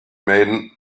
man